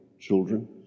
children